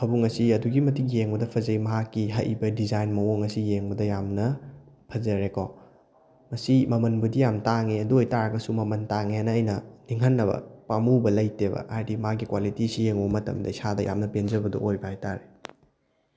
ꯐꯃꯨꯡ ꯑꯁꯤ ꯑꯗꯨꯛꯀꯤ ꯃꯇꯤꯛ ꯌꯦꯡꯕꯗ ꯐꯖꯩ ꯃꯍꯥꯛꯀꯤ ꯍꯛꯏꯕ ꯗꯤꯖꯥꯏꯟ ꯃꯑꯣꯡ ꯑꯁꯤ ꯌꯦꯡꯕꯗ ꯌꯥꯝꯅ ꯐꯖꯔꯦꯀꯣ ꯃꯁꯤ ꯃꯃꯟꯕꯨꯗꯤ ꯌꯥꯝ ꯇꯥꯡꯉꯤ ꯑꯗꯨ ꯑꯣꯏ ꯇꯥꯔꯒꯁꯨ ꯃꯃꯟ ꯇꯥꯡꯉꯦꯅ ꯑꯩꯅ ꯅꯤꯡꯍꯟꯅꯕ ꯄꯥꯝꯃꯨꯕ ꯂꯩꯇꯦꯕ ꯍꯥꯏꯗꯤ ꯃꯥꯒꯤ ꯀ꯭ꯋꯥꯂꯤꯇꯤꯁꯤ ꯌꯦꯡꯉꯨꯕ ꯃꯇꯝꯗ ꯏꯁꯥꯗ ꯌꯥꯝꯅ ꯄꯦꯟꯖꯕꯗꯣ ꯑꯣꯏꯕ ꯍꯥꯏ ꯇꯥꯔꯦ